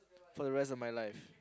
for the rest of my life